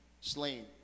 slain